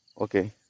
okay